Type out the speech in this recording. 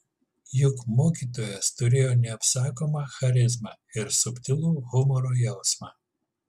juk mokytojas turėjo neapsakomą charizmą ir subtilų humoro jausmą